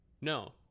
No